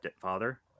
father